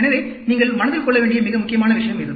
எனவே நீங்கள் மனதில் கொள்ள வேண்டிய மிக முக்கியமான விஷயம் இது